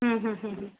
हम्म हम्म हम्म